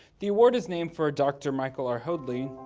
the award is named for dr. michael r. hoadley.